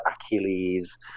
Achilles